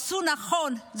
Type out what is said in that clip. עשו נכון,